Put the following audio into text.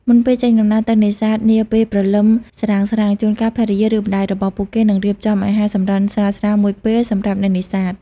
មុនពេលចេញដំណើរទៅនេសាទនាពេលព្រលឹមស្រាងៗ ជួនកាលភរិយា ឬម្តាយរបស់ពួកគេនឹងរៀបចំអាហារសម្រន់ស្រាលៗមួយពេលសម្រាប់អ្នកនេសាទ។